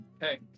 Hey